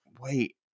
wait